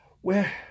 Where